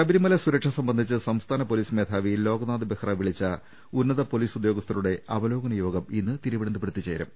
ശബരിമല സുരക്ഷ സംബന്ധിച്ച് സംസ്ഥാന പൊലീസ് മേധാവി ലോക്നാഥ് ബെഹ്റ വിളിച്ച ഉന്നത പൊലീസ് ഉദ്യോഗസ്ഥരുടെ അവ ലോകന യോഗം ഇന്ന് തിരുവനന്തപുരത്ത് ചേരും